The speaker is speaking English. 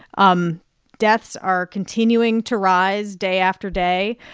um deaths are continuing to rise day after day.